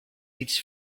its